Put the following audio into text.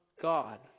God